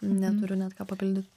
neturiu net ką papildyt